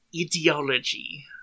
ideology